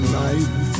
life